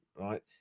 right